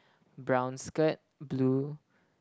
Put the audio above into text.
brown skirt blue